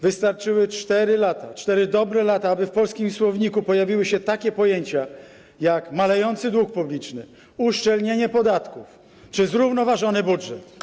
Wystarczyły 4 lata, 4 dobre lata, aby w polskim słowniku pojawiły się takie pojęcia jak: malejący dług publiczny, uszczelnienie podatków czy zrównoważony budżet.